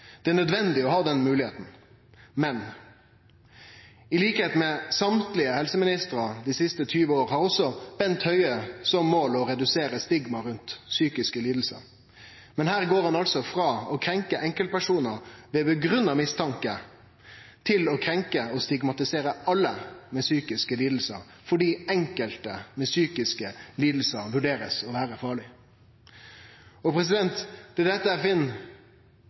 Det er nødvendig å ha den moglegheita. Som samtlege helseministrar dei siste 20 åra har Bent Høie som mål å redusere stigma rundt psykiske lidingar. Men her går ein altså frå å krenkje enkeltpersonar ved grunngitt mistanke til å krenkje og stigmatisere alle med psykiske lidingar fordi enkelte med psykiske lidinger blir vurderte til å vere farlege. Det er dette eg finn